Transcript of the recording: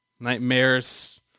nightmares